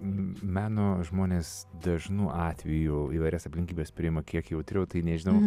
meno žmonės dažnu atveju įvairias aplinkybes priima kiek jautriau tai nežinau